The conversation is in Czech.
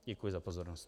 Děkuji za pozornost.